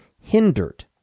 hindered